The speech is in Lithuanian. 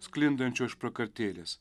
sklindančio iš prakartėlės